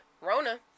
Rona